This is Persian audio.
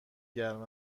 گرم